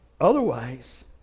Otherwise